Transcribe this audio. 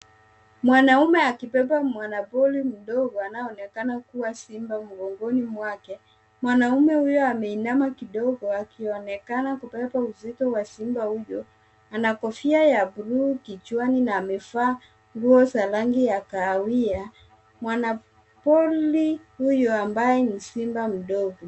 Mwanaume akibeba mwana pori mdogo anayeonekana kuwa simba mgongoni mwake. Mwanaume huyo ameinama kidogo akionekana kubeba uzito wa simba huyo. Ana kofia ya bluu kichwani n amevaa nguo za rangi ya kahawia. Mwamba pori huyo ambaye ni simba mdogo.